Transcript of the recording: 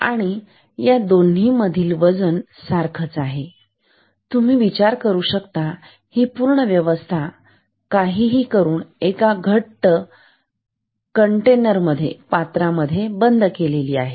आणि या दोन्ही मधील वजन सारखे आहे आणि तुम्ही विचार करू शकता ही पूर्ण व्यवस्था काहीही करून एका घट्ट पात्रामध्ये कंटेनर बंद केली आहे